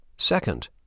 Second